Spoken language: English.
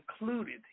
included